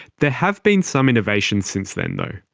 there have been some innovations since then though.